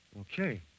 Okay